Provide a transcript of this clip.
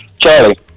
Charlie